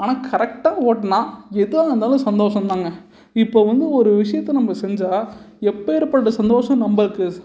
ஆனால் கரெக்டாக ஓட்டினா எதாக இருந்தாலும் சந்தோஷம் தாங்கள் இப்போ வந்து ஒரு விஷயத்த நம்ம செஞ்சால் எப்பேர்ப்பட்ட சந்தோஷம் நம்மளுக்கு